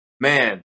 man